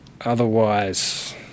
Otherwise